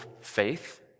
faith